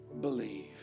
believe